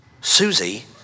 Susie